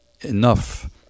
enough